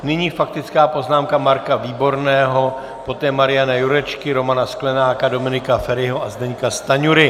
Nyní faktická poznámka Marka Výborného, poté Mariana Jurečky, Romana Sklenáka, Dominika Feriho a Zdeňka Stanjury.